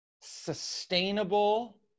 sustainable